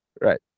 Right